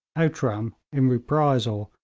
outram, in reprisal,